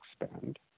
expand